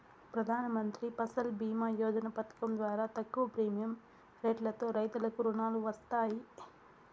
ప్రధానమంత్రి ఫసల్ భీమ యోజన పథకం ద్వారా తక్కువ ప్రీమియం రెట్లతో రైతులకు రుణాలు వస్తాయి